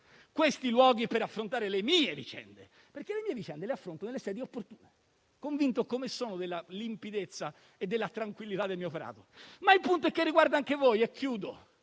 questi luoghi per affrontare le mie vicende, perché le affronto nelle sedi opportune, convinto, come sono, della limpidezza e della tranquillità del mio operato. Il punto è che riguarda anche voi. Dobbiamo